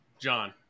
John